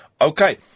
Okay